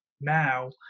now